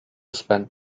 spent